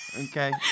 Okay